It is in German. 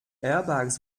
airbags